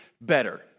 better